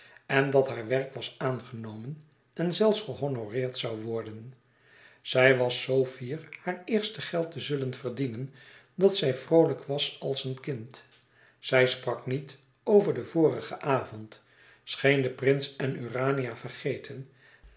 en dat haar werk was aangenomen en zelfs gehonoreerd zoû worden zij was zoo fier haar eerste geld te zullen verdienen dat zij vroolijk was als een kind zij sprak niet over den vorigen avond scheen den prins en urania vergeten